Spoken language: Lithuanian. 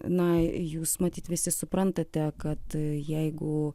na jūs matyt visi suprantate kad jeigu